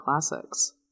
classics